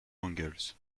angels